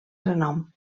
renom